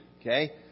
Okay